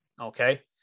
okay